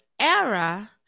era